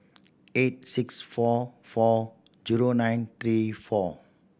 eight six four four zero nine three four